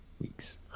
weeks